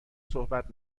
صحبت